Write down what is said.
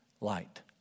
light